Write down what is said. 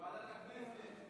ועדת הכנסת.